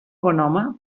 bonhome